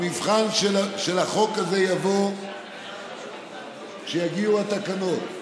המבחן של החוק הזה יבוא כשיגיעו התקנות.